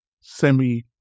semi